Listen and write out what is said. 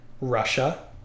Russia